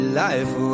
life